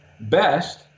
best